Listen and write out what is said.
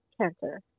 cancer